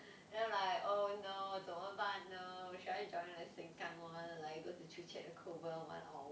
then I'm like oh no 怎么办 should I join the sengkang one like go to joo chiat or kovan [one]